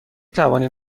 توانید